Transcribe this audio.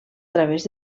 través